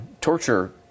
torture